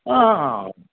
आं आं आं आं